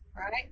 right